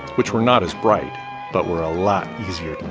which were not as bright but were a lot easier to